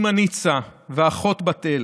אימא ניצה והאחות בת אל,